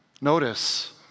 Notice